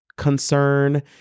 concern